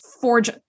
forge